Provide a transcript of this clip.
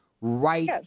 right